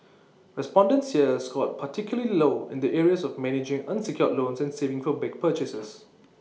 respondents here scored particularly low in the areas of managing unsecured loans and saving for big purchases